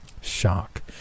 Shock